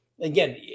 again